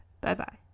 Bye-bye